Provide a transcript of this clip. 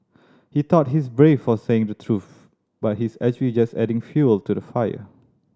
he thought he's brave for saying the truth but he's actually just adding fuel to the fire